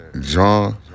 John